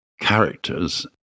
characters